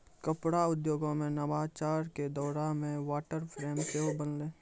कपड़ा उद्योगो मे नवाचार के दौरो मे वाटर फ्रेम सेहो बनलै